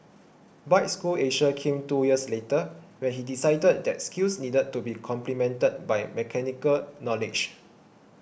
Bike School Asia came two years later when he decided that skills needed to be complemented by mechanical knowledge